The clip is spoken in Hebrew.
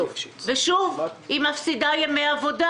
שוב היא תפסיד ימי עבודה.